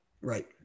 Right